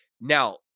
Now